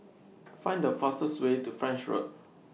Find The fastest Way to French Road